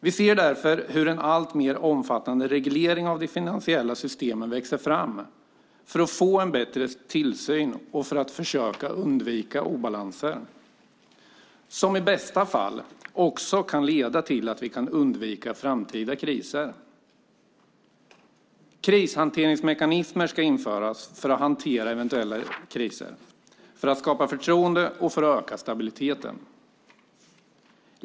Vi ser därför hur en alltmer omfattande reglering av de finansiella systemen växer fram för att få en bättre tillsyn och för att försöka undvika obalanser, vilket i bästa fall också kan leda till att vi kan undvika framtida kriser. Krishanteringsmekanismer ska införas för att hantera eventuella kriser, för att skapa förtroende och för att öka stabiliteten.